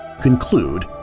conclude